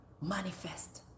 manifest